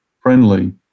friendly